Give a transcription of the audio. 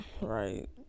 Right